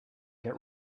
get